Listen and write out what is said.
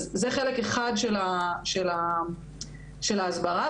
אז זה חלק אחד שבו באמת עוסקת ההסברה.